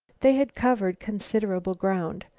they had covered considerable ground.